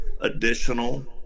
additional